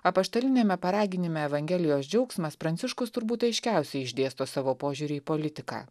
apaštaliniame paraginime evangelijos džiaugsmas pranciškus turbūt aiškiausiai išdėsto savo požiūrį į politiką